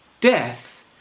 Death